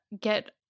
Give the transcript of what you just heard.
get